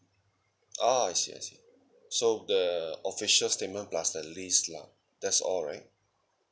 ah I see I see so the official statement plus the list lah that's all right